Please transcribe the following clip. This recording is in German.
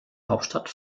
hauptstadt